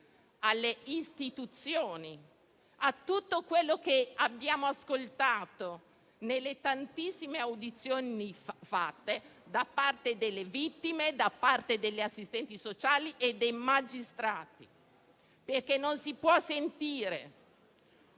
alle istituzioni rispetto a tutto quello che abbiamo ascoltato, nelle tantissime audizioni svolte, da parte delle vittime, degli assistenti sociali e dei magistrati, perché non si può sentire